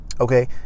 Okay